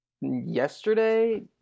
yesterday